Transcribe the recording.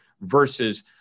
versus